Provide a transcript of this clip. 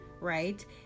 right